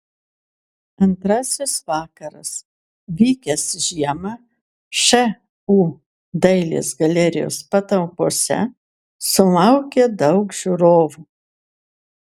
antrasis vakaras vykęs žiemą šu dailės galerijos patalpose sulaukė daug žiūrovų